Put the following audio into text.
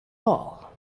all